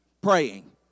praying